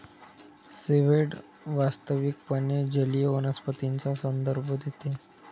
seaweed वास्तविकपणे जलीय वनस्पतींचा संदर्भ देते